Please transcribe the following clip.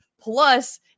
plus